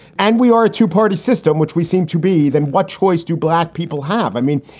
and we are a two party system, which we seem to be, then what choice do black people have? i mean,